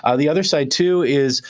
ah the other side, too, is,